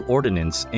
Ordinance